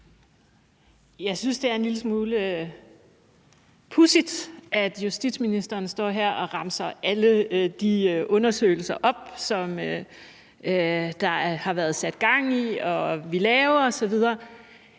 Jeg synes, det er en lille smule pudsigt, at justitsministeren står her og remser alle de undersøgelser op, som der har været sat gang i, og som